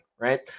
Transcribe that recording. right